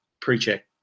pre-check